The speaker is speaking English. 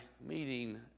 meeting